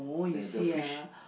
the the fish